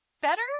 better